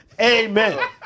Amen